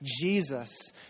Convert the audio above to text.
Jesus